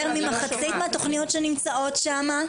יותר ממחצית מהתוכניות שנמצאות שם,